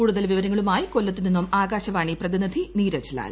കൂടുതൽ വിവരങ്ങളുമായി കൊല്ലത്തു നിന്നും ആകാശവാണി പ്രതിനിധി നീരജ്ലാൽ